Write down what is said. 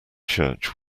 church